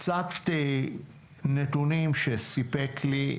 קצת נתונים שסיפק לי,